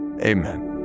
amen